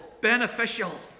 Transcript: beneficial